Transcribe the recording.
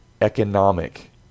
economic